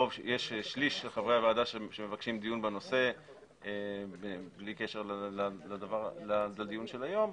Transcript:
שליש של חברי הוועדה שמבקשים דיון בנושא בלי קשר לדיון של היום,